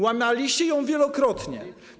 Łamaliście ją wielokrotnie.